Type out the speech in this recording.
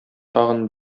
тагын